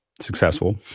successful